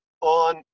On